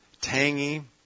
tangy